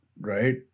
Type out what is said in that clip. Right